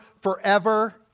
forever